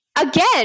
again